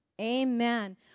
Amen